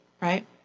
right